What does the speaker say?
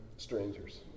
strangers